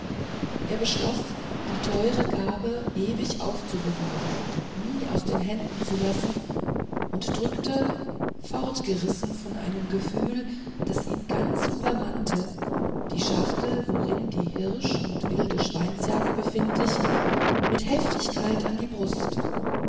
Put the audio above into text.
er beschloß die teure gabe ewig aufzubewahren nie aus den händen zu lassen und drückte fortgerissen von einem gefühl das ihn ganz übermannt die schachtel worin die hirsch und wilde schweinsjagd befindlich mit heftigkeit an die brust